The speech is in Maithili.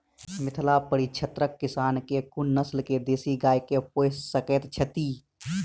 मिथिला परिक्षेत्रक किसान केँ कुन नस्ल केँ देसी गाय केँ पोइस सकैत छैथि?